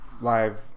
live